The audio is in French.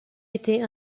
était